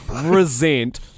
resent